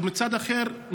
מצד אחר,